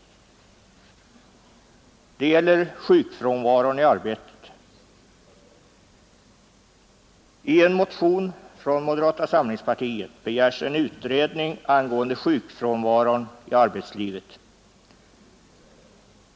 Den gäller sjukfrånvaron i arbetet. I en motion från moderata samlingspartiet begärs en utredning angående sjukfrånvaron i arbetslivet.